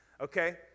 Okay